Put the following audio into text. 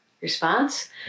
response